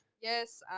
Yes